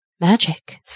Magic